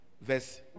verse